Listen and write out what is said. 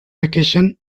vacation